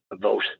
vote